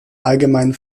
allgemeinen